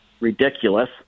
ridiculous